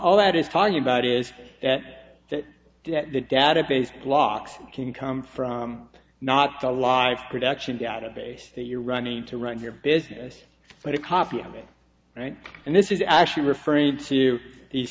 all that is talking about is at the data base blocks can come from not to live production database that you're running to run your business but a copy of it right and this is actually referring to the